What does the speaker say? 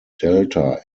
delta